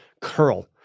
curl